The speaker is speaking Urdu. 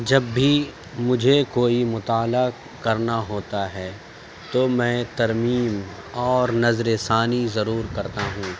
جب بھی مجھے کوئی مطالعہ کرنا ہوتا ہے تو میں ترمیم اور نظر ثانی ضرور کرتا ہوں